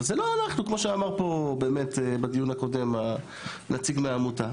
אבל זה לא אנחנו כמו שאמר פה בדיון הקודם הנציג מהעמותה.